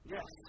Yes